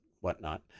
whatnot